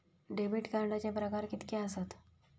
Debit कार्डचे प्रकार कीतके आसत?